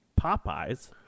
Popeye's